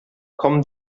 kommen